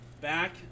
Back